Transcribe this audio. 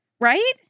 Right